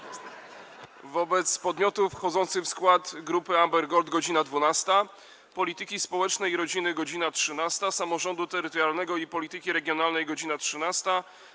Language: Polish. wobec podmiotów wchodzących w skład grupy Amber Gold - godz. 12, - Polityki Społecznej i Rodziny - godz. 13, - Samorządu Terytorialnego i Polityki Regionalnej - godz. 13,